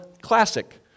classic